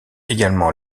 également